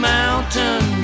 Mountain